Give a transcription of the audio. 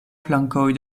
flankoj